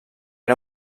era